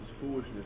foolishness